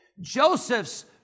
Joseph's